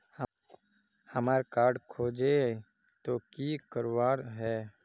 हमार कार्ड खोजेई तो की करवार है?